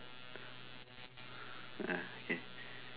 ah K